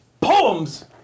Poems